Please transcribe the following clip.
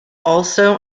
also